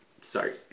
Sorry